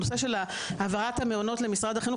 הנושא של העברת מעונות היום למשרד החינוך,